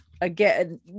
again